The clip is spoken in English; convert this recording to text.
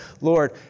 Lord